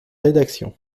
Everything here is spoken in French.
rédaction